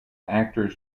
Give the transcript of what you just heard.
actors